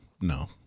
no